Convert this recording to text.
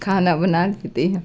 खाना बनाते हैं